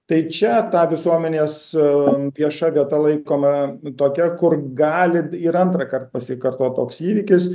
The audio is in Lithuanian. tai čia ta visuomenės vieša vieta laikoma tokia kur gali ir antrąkart pasikartot toks įvykis